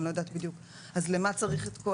אני לא יודעת בדיוק אז למה צריך את כל